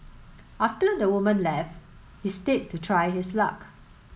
after the woman left he stayed to try his luck